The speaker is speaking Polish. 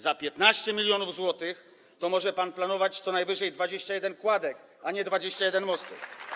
Za 15 mln zł to może pan planować co najwyżej 21 kładek, a nie 21 mostów.